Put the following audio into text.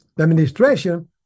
administration